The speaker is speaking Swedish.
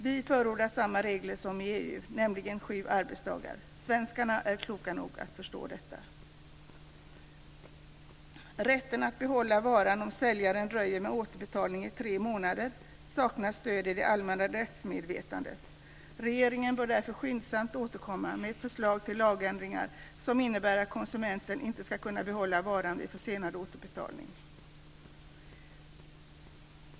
Vi förordar samma regler som i EU, nämligen sju arbetsdagar. Svenskarna är kloka nog att förstå detta. Rätten att behålla varan om säljaren dröjer med återbetalningen i tre månader saknar stöd i det allmänna rättsmedvetandet. Regeringen bör därför skyndsamt återkomma med ett förslag till lagändringar som innebär att konsumenten inte ska kunna behålla varan vid försenad återbetalning.